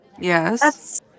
Yes